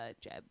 Jeb